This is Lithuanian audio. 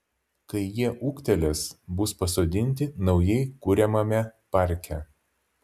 kai jie ūgtelės bus pasodinti naujai kuriamame parke